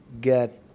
get